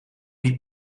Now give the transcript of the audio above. niet